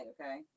okay